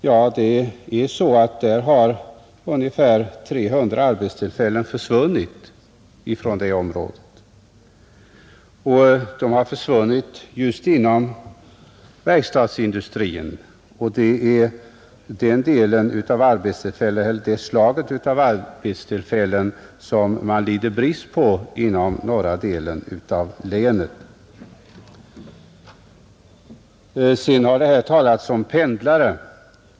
Jo, från det området har ungefär 300 arbetstillfällen inom verkstadsindustrin försvunnit, och det är just det slag av arbetstillfällen som man lider brist på inom norra delen av Hallands län. Här har talats om pendlare.